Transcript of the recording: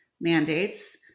mandates